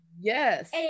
Yes